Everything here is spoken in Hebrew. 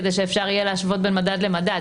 כדי שאפשר יהיה להשוות בין מדד למדד.